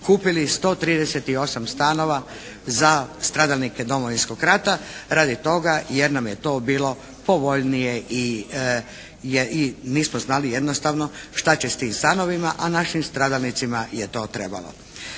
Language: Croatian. kupili 138 stanova za stradalnike Domovinskog rata radi toga jer nam je to bilo povoljnije i nismo znali jednostavno šta će s tim stanovima a našim stradalnicima je to trebalo.